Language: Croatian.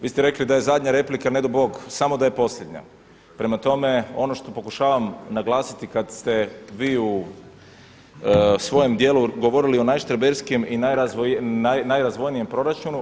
Vi ste rekli da je zadnja replika ne do Bog samo da je posljednja, prema tome ono što pokušavam naglasiti kad ste vi u svojem dijelu govorili o najštreberskijem i najrazvojnijem proračunu.